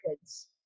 kids